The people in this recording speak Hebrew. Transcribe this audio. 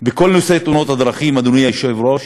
בכל נושא תאונות הדרכים, אדוני היושב-ראש,